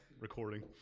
recording